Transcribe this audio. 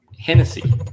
Hennessy